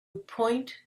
point